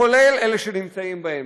כולל אלה שנמצאים באמצע.